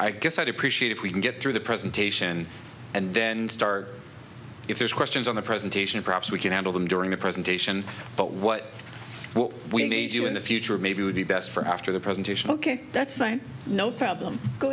i guess i'd appreciate if we can get through the presentation and then start if there's questions on the presentation perhaps we can handle them during the presentation but what what we need you in the future maybe would be best for after the presentation ok that's fine no problem go